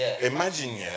Imagine